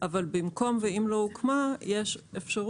אבל במקום המילים "ואם לא הוקמה" יש אפשרות